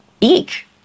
eek